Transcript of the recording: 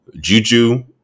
Juju